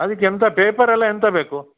ಅದಕ್ಕೆ ಎಂಥ ಪೇಪರ್ ಎಲ್ಲ ಎಂಥ ಬೇಕು